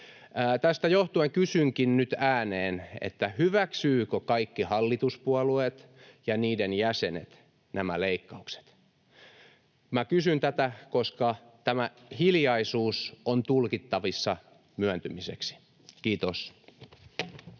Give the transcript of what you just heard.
Tästä johtuen kysynkin nyt ääneen: hyväksyvätkö kaikki hallituspuolueet ja niiden jäsenet nämä leikkaukset? Minä kysyn tätä, koska tämä hiljaisuus on tulkittavissa myöntymiseksi. — Kiitos.